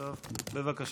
בבקשה.